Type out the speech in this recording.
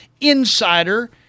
insider